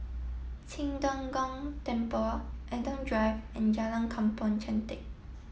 Qing De Gong Temple Adam Drive and Jalan Kampong Chantek